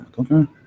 Okay